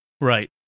Right